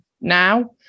now